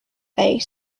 face